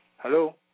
Hello